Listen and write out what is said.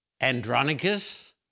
Andronicus